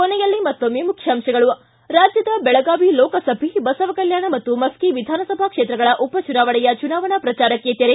ಕೊನೆಯಲ್ಲಿ ಮತ್ತೊಮ್ಮೆ ಮುಖ್ಯಾಂತಗಳು ಿ ರಾಜ್ಯದ ಬೆಳಗಾವಿ ಲೋಕಸಭೆ ಬಸವಕಲ್ಯಾಣ ಮತ್ತು ಮಶ್ಕಿ ವಿಧಾನಸಭಾ ಕ್ಷೇತ್ರಗಳ ಉಪಚುನಾವಣೆಯ ಚುನಾವಣಾ ಪ್ರಚಾರಕ್ಕೆ ತೆರೆ